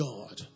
God